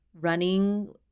running